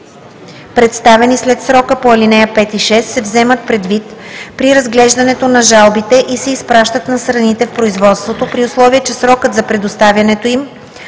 представени след срока по ал. 5 и 6, се вземат предвид при разглеждането на жалбите и се изпращат на страните в производството, при условие че срокът за предоставянето им